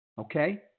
Okay